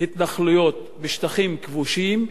התנחלויות בשטחים כבושים,